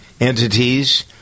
entities